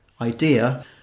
Idea